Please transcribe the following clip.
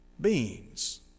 beans